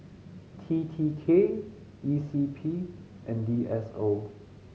T T K E C P and D S O